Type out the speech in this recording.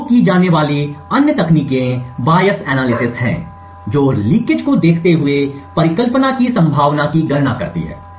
उपयोग की जाने वाली अन्य तकनीकें बेयस विश्लेषण हैं जो रिसाव को देखते हुए परिकल्पना की संभावना की गणना करती हैं